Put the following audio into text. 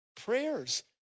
prayers